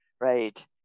Right